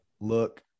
Look